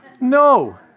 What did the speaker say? no